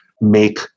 make